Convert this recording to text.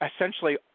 essentially